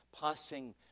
passing